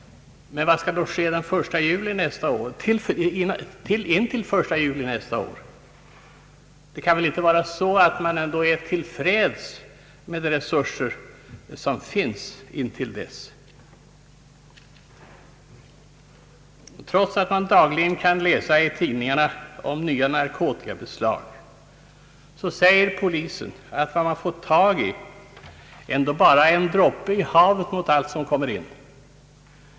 Men vad skall då ske intill den 1 juli nästa år? Det kan väl ändå inte vara så att man intill dess är till freds med de resurser som finns? Trots att man dagligen kan läsa i tidningarna om nya narkotikabeslag, säger polisen att vad man får tag i ändå bara är en droppe i havet mot allt vad som kommer in.